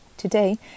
today